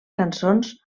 cançons